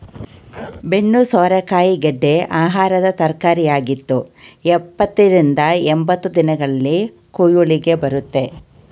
ಬೆನ್ನು ಸೋರೆಕಾಯಿ ಗೆಡ್ಡೆ ಆಕಾರದ ತರಕಾರಿಯಾಗಿದ್ದು ಎಪ್ಪತ್ತ ರಿಂದ ಎಂಬತ್ತು ದಿನಗಳಲ್ಲಿ ಕುಯ್ಲಿಗೆ ಬರುತ್ತೆ